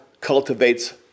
cultivates